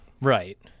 Right